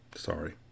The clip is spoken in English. Sorry